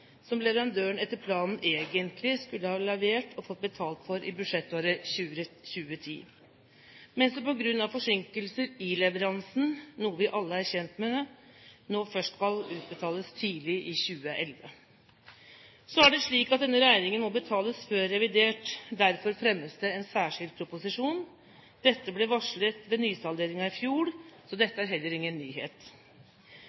som leverandøren etter planen egentlig skulle ha levert og fått betalt for i budsjettåret 2010, men som på grunn av forsinkelser i leveransen, noe vi alle er kjent med, nå først skal utbetales tidlig i 2011. Så er det slik at denne regningen må betales før revidert. Derfor fremmes det en særskilt proposisjon. Dette ble varslet ved nysalderingen i fjor, så